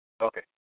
Okay